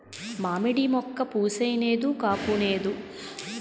మావిడి మోక్క పుయ్ నేదు కాపూనేదు